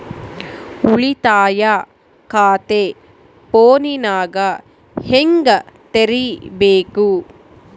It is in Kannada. ಉಳಿತಾಯ ಖಾತೆ ಫೋನಿನಾಗ ಹೆಂಗ ತೆರಿಬೇಕು?